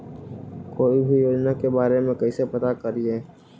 कोई भी योजना के बारे में कैसे पता करिए?